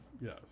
yes